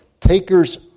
takers